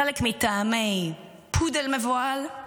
חלק מטעמי פודל מבוהל.